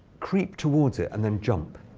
creep towards it and then jump.